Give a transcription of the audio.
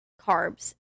carbs